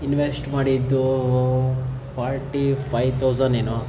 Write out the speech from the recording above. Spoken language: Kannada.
ಇನ್ವೆಶ್ಟ್ ಮಾಡಿದ್ದು ಫೋರ್ಟಿ ಫೈವ್ ತೌಸನ್ ಏನೋ